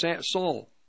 Saul